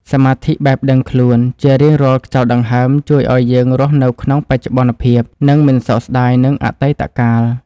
សមាធិបែបដឹងខ្លួនជារៀងរាល់ខ្យល់ដង្ហើមជួយឱ្យយើងរស់នៅក្នុងបច្ចុប្បន្នភាព និង មិនសោកស្តាយនឹងអតីតកាល។